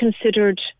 considered